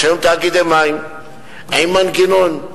יש היום תאגידי מים עם מנגנון,